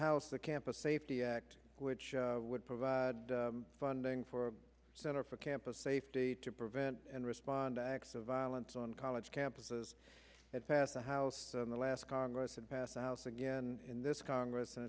house the campus safety act which would provide funding for center for campus safety to prevent and respond to acts of violence on college campuses and pass the house in the last congress had passed the house again in this congress and